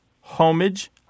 homage